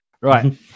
Right